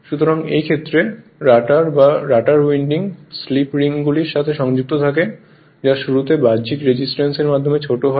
সুতরাং এই ক্ষেত্রে রটার বা রটার উইন্ডিং স্লিপ রিংগুলির সাথে সংযুক্ত থাকে যা শুরুতে বাহ্যিক রেজিস্ট্যান্সের মাধ্যমে ছোট হয়